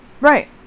right